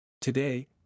Today